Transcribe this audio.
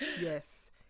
Yes